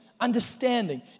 understanding